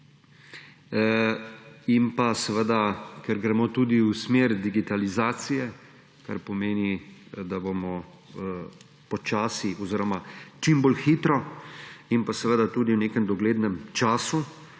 in ker gremo tudi v smer digitalizacije, kar pomeni, da bomo počasi oziroma čim bolj hitro in pa tudi v nekem doglednem času